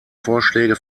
vorschläge